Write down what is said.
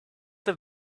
have